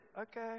Okay